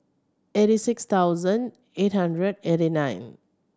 eighty six thousand eight hundred eighty nine